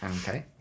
Okay